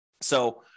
So-